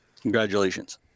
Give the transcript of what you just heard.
congratulations